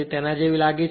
તે જેવી લાગે છે